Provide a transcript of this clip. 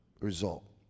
result